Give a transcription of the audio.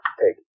take